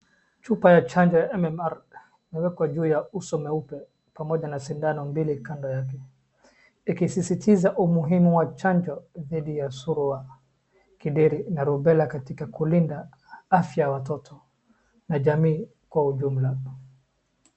Chupa ya chanjo ya MMR imewekwa juu ya uso mweupe pamoja na sindano mbili kando yake, ikisisitiza umuhimu wa chanjo dhidi ya Surua, Kidiri, na Rubera katika kulinda afya ya watoto na jamii kwa ujumla.